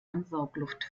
ansaugluft